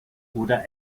oder